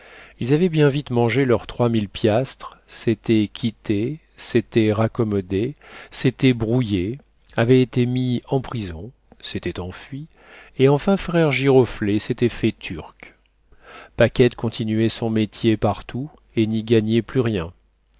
ils avaient bien vite mangé leurs trois mille piastres s'étaient quittés s'étaient raccommodés s'étaient brouillés avaient été mis en prison s'étaient enfuis et enfin frère giroflée s'était fait turc paquette continuait son métier partout et n'y gagnait plus rien